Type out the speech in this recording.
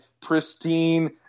pristine